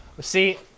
See